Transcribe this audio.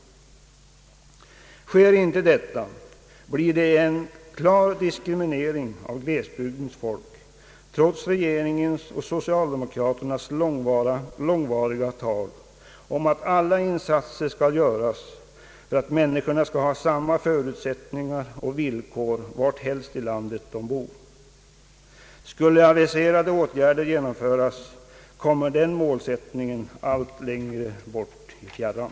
Sker inte detta, blir det ännu en klar diskriminering av glesbygdens folk, trots regeringens och socialdemokraternas långvariga tal om att alla insatser skall göras för att människorna skall ha samma förutsättningar och villkor varhelst i landet de bor. Skulle aviserade åtgärder genomföras, kommer den målsättningen allt längre bort i fjärran.